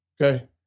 Okay